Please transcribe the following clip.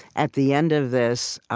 at the end of this,